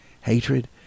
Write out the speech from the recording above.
hatred